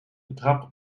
betrapt